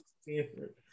Stanford